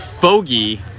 Bogey